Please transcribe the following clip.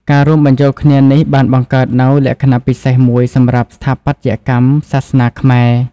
ការរួមបញ្ចូលគ្នានេះបានបង្កើតនូវ លក្ខណៈពិសេស មួយសម្រាប់ស្ថាបត្យកម្មសាសនាខ្មែរ។